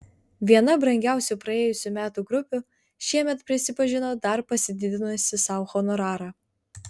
viena brangiausių praėjusių metų grupių šiemet prisipažino dar pasididinusi sau honorarą